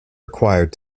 required